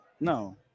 no